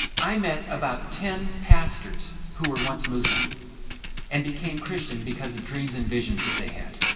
i met about ten pastors who were once muslim and became christian because of dreams and visions that they had.